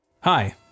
Hi